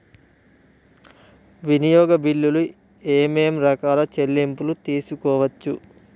వినియోగ బిల్లులు ఏమేం రకాల చెల్లింపులు తీసుకోవచ్చు?